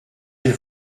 elle